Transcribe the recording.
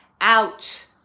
out